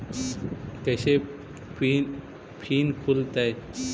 कैसे फिन खुल तय?